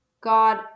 God